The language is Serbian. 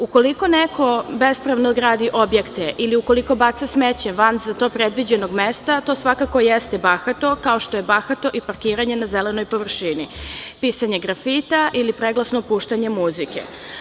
Ukoliko neko bespravno gradi objekte ili ukoliko baca smeće van za to predviđenog mesta, to svakako jeste bahato, kao što je bahato i parkiranje na zelenoj površini, pisanje grafita ili preglasno puštanje muzike.